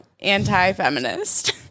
Anti-feminist